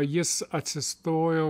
jis atsistojo